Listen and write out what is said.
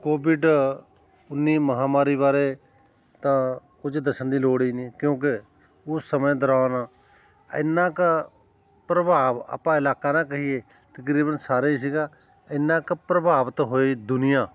Covid ਉੱਨੀ ਮਹਾਂਮਾਰੀ ਬਾਰੇ ਤਾਂ ਕੁਝ ਦੱਸਣ ਦੀ ਲੋੜ ਹੀ ਨਹੀਂ ਕਿਉਂਕਿ ਉਸ ਸਮੇਂ ਦੌਰਾਨ ਇੰਨਾ ਕੁ ਪ੍ਰਭਾਵ ਆਪਾਂ ਇਲਾਕਾ ਨਾ ਕਹੀਏ ਤਕਰੀਬਨ ਸਾਰੇ ਸੀਗਾ ਇੰਨਾ ਕੁ ਪ੍ਰਭਾਵਿਤ ਹੋਈ ਦੁਨੀਆ